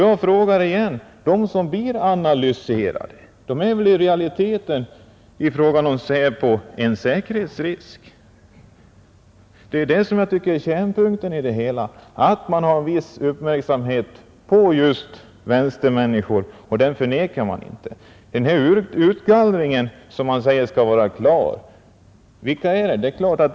Jag frågar än en gång: De som blir analyserade är väl i realiteten enligt SÄPO en säkerhetsrisk? Kärnpunkten i det hela är just att man har viss uppmärksamhet riktad på vänstermänniskor — och det förnekar man inte. Vilka gäller den här utgallringen som skall vara klar under 1971?